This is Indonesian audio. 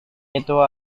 itu